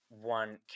one